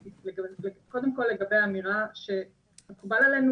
קודם כל לגבי האמירה שמקובל עלינו